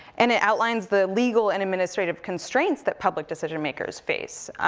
and it outlines the legal and administrative constraints that public decision makers face,